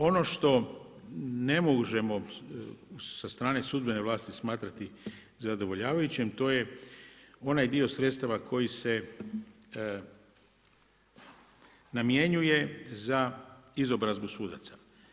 Ono što ne možemo sa strane sudbene vlasti smatrati zadovoljavajućim, to je onaj dio sredstava koji se namjenjuje za izobrazbu sudaca.